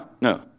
no